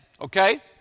Okay